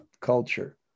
culture